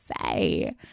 say